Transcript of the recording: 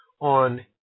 on